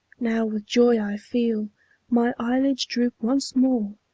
now with joy i feel my eyelids droop once more.